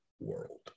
world